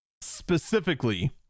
specifically